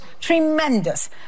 tremendous